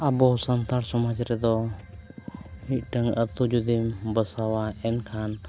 ᱟᱵᱚ ᱥᱟᱱᱛᱟᱲ ᱥᱚᱢᱟᱡᱽ ᱨᱮᱫᱚ ᱢᱤᱫᱴᱟᱝ ᱟᱛᱳ ᱡᱩᱫᱤᱢ ᱵᱟᱥᱟᱣᱟ ᱮᱱᱠᱷᱟᱱ